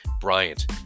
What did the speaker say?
Bryant